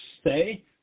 stay